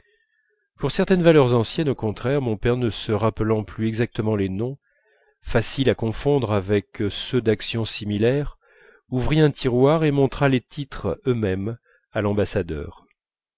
pour certaines valeurs anciennes au contraire mon père ne se rappelant plus exactement les noms faciles à confondre avec ceux d'actions similaires ouvrit un tiroir et montra les titres eux-mêmes à l'ambassadeur